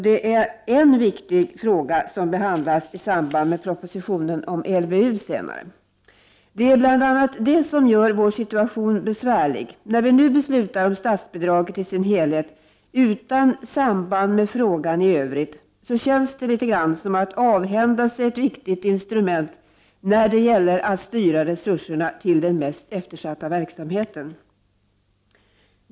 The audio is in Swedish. Det är en viktig fråga som behandlas senare, i samband med propositionen om LVU. Bl.a. det gör vår situation besvärlig. När vi nu beslutar om statsbidraget i dess helhet utan samband med frågan i övrigt, känns det som att avhända sig ett viktigt instrument när det gäller att styra resurserna till den mest eftersatta verksamheten.